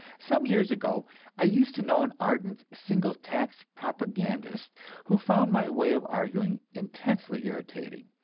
some years ago i used to know an ardent single tax propagandist who found my way of arguing intensely irritating,